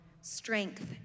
Strength